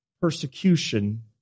persecution